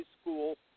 school